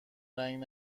رنگ